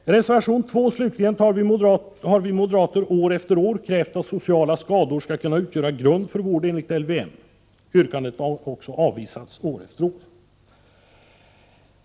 I reservation 2, slutligen, tar vi moderater upp ett krav som vi har framfört år efter år, nämligen att sociala skador skall kunna utgöra grund för vård enligt LVM. Detta yrkande har också år efter år avvisats.